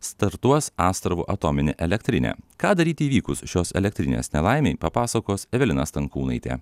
startuos astravo atominė elektrinė ką daryti įvykus šios elektrinės nelaimei papasakos evelina stankūnaitė